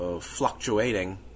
fluctuating